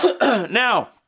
Now